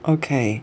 okay